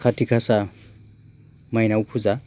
काति गासा माइनाव फुजा